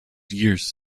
years